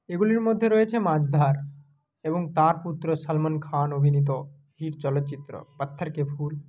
এগুলির মধ্যে রয়েছে মাঝধার এবং তাঁর পুত্র সলমন খান অভিনীত হিট চলচ্চিত্র পাত্থর কে ফুল